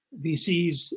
VCs